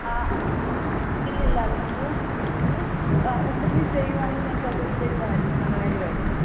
ആ ഇല്ല ഇല്ല നിങ്ങൾ നിങ്ങൾ ആ കൊണ്ടുവന്നു ചെയ്യുകയാണെങ്കിൽ ഞങ്ങൾക്ക് അത് ഒത്തിരി ഇതായിരുന്നു നല്ല കാര്യമായിരുന്നു